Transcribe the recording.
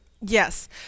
yes